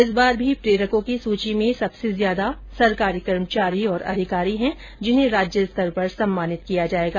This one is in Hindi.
इस बार भी प्रेरकों की सूची में सर्वाधिक सरकारी कर्मचारी और अधिकारी है जिन्हें राज्य स्तर पर सम्मानित किया जाएगा